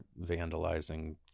vandalizing